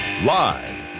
Live